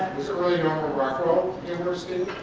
was early norman rockwell humorist and